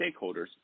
stakeholders